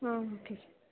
ಹಾಂ okay sir